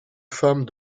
femme